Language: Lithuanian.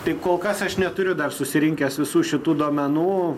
taip kol kas aš neturiu dar susirinkęs visų šitų duomenų